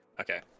Okay